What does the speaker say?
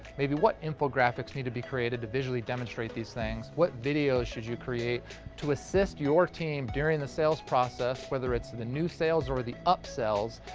maybe what infographics need to be created to visually demonstrate these things, what videos should you create to assist your team during the sales process, whether it's the new sales or the upsales,